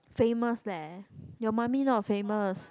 famous leh your mummy not famous